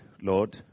Lord